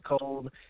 cold